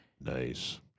Nice